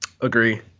Agree